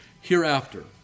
hereafter